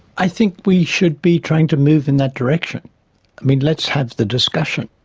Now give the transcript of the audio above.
i think we should be trying to move in that direction, i mean let's have the discussion,